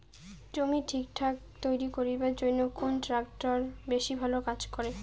জমি ঠিকঠাক তৈরি করিবার জইন্যে কুন ট্রাক্টর বেশি ভালো কাজ করে?